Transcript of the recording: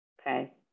Okay